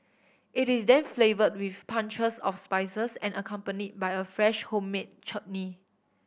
it is then flavoured with punches of spices and accompanied by a fresh homemade chutney